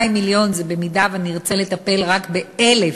200 מיליון זה במידה שנרצה לטפל רק ב-1,000,